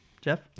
Jeff